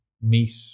meat